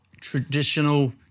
traditional